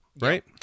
right